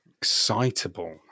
Excitable